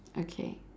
okay